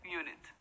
unit